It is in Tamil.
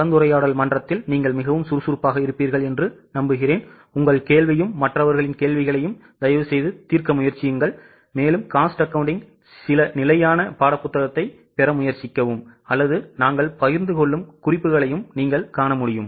கலந்துரையாடல் மன்றத்தில் நீங்கள் மிகவும் சுறுசுறுப்பாக இருப்பீர்கள் என்று நம்புகிறேன் உங்கள் கேள்வியும் மற்றவர்களின் கேள்விகளையும் தீர்க்க முயற்சிக்கவும் தயவுசெய்து cost accountingல் சில நிலையான பாடப்புத்தகத்தைப் பெற முயற்சிக்கவும் அல்லது நாங்கள்பகிர்ந்துகொள்ளும் குறிப்புகளையும் நீங்கள் காணலாம்